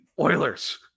Oilers